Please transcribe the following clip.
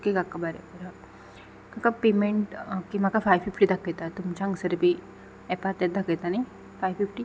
okay काका बरें बरें काका पेमेंट म्हाका फायव फिफ्टी दाखयतां तुमच्या हांगसर बी एपार तेंच दाकयता न्ही फायव फिफ्टी